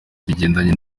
bigendanye